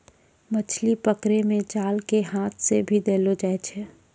मछली पकड़ै मे जाल के हाथ से भी देलो जाय छै